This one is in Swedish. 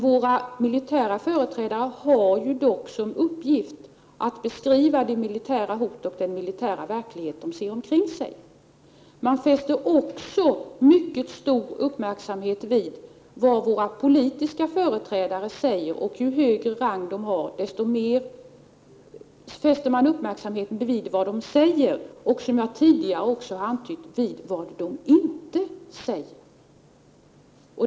Våra militära företrädare har dock som uppgift att beskriva de militära hot och den militära verklighet de ser omkring sig. Man fäster också mycket stor uppmärksamhet vid vad våra politiska företrädare säger. Ju högre rang de har, desto mer fäster man uppmärksamhet vid vad de säger och, som jag tidigare antytt, vid vad de inte säger.